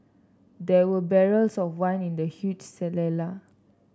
there were barrels of wine in the huge